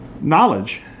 knowledge